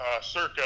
circa